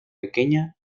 pequeña